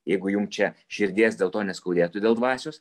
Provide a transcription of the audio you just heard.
jeigu jum čia širdies dėl to neskaudėtų dėl dvasios